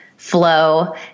flow